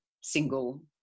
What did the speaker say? single